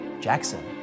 Jackson